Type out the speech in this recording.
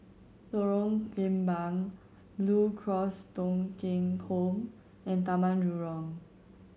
Lorong Kembang Blue Cross Thong Kheng Home and Taman Jurong